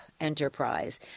enterprise